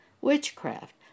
witchcraft